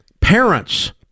parents